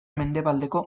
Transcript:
mendebaleko